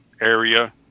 area